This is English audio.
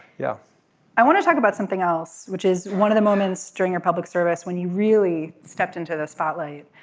yeah i want to talk about something else which is one of the moments during a public service when you really stepped into the spotlight.